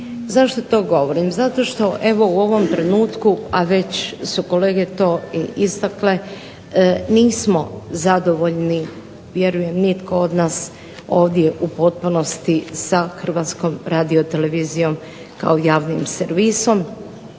Zašto to govorim? Zato što evo u ovom trenutku, a već su kolege to i istakle nismo zadovoljni vjerujem nitko od nas ovdje u potpunosti sa Hrvatskom radiotelevizijom kao javnim servisom,